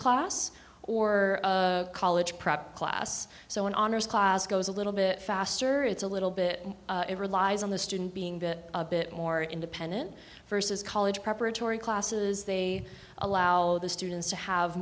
class or college prep class so an honors class goes a little bit faster it's a little bit ever lies on the student being that a bit more independent versus college preparatory classes they allow the students to have